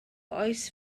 oes